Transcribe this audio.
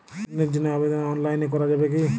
ঋণের জন্য আবেদন অনলাইনে করা যাবে কি?